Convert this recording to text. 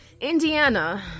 Indiana